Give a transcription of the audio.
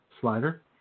Slider